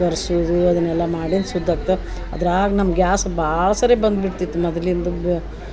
ಕರ್ಸೂದು ಅದನೆಲ್ಲ ಮಾಡಿನಿ ಸುದ್ದಾಗ್ತ ಅದ್ರಾಗ ನಮ್ಮ ಗ್ಯಾಸ್ ಭಾಳ ಸರಿ ಬಂದ್ಬಿಡ್ತಿತು ಮೊದಲಿಂದು ಬ